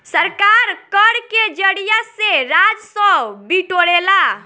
सरकार कर के जरिया से राजस्व बिटोरेला